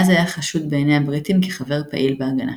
מאז היה חשוד בעיני הבריטים כחבר פעיל ב"הגנה".